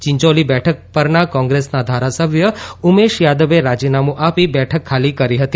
ચિંચોલી બેઠક પરના કોંગ્રેસના ધારાસભ્ય ઉમેશ જાદવે રાજીનામું આપી બેઠક ખાલી કરી હતી